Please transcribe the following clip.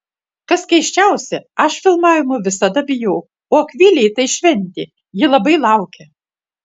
kas keisčiausia aš filmavimų visada bijau o akvilei tai šventė ji labai laukia